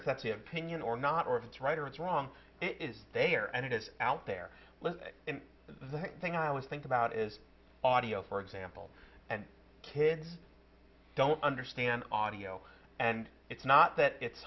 if that's the opinion or not or if it's right or it's wrong it is they are and it is out there and the thing i always think about is audio for example and kids don't understand audio and it's not that it's